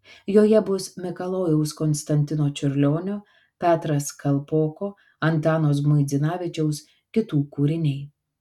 joje bus mikalojaus konstantino čiurlionio petras kalpoko antano žmuidzinavičiaus kitų kūriniai